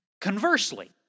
Conversely